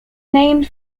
named